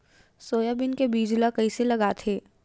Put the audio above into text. Soybean के बीज ल कइसे लगाथे?